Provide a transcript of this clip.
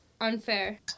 unfair